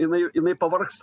jinai jinai pavargs